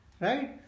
right